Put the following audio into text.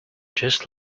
just